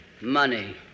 Money